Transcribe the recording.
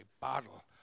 bottle